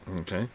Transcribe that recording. Okay